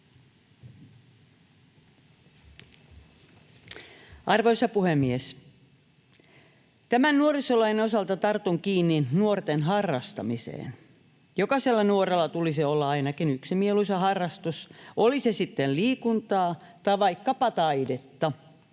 Arvoisa puhemies! Tämän nuorisolain osalta tartun kiinni nuorten harrastamiseen. Jokaisella nuorella tulisi olla ainakin yksi mieluisa harrastus, oli se sitten liikuntaa tai vaikkapa taidetta.